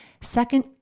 Second